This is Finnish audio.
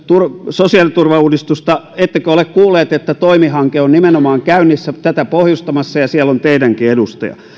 sosiaaliturvauudistusta ettekö ole kuulleet että toimihanke on nimenomaan käynnissä tätä pohjustamassa ja siellä on teidänkin edustajanne